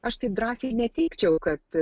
aš taip drąsiai neteigčiau kad